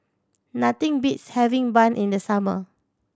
nothing beats having bun in the summer